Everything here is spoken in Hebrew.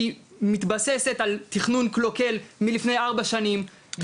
היא מתבססת על תכנון קלוקל מלפני ארבע שנים,